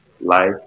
life